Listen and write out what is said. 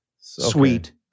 sweet